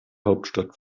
hauptstadt